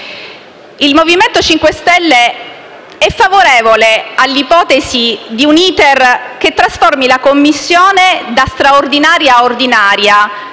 Il MoVimento 5 Stelle è favorevole all'ipotesi di un *iter* che trasformi la Commissione da straordinaria ad ordinaria